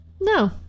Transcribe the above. No